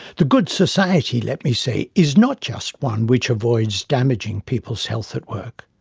the good society, let me say, is not just one which avoids damaging people's health at work,